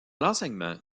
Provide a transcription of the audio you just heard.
l’enseignement